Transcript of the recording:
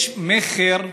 יש מכר במגרשים,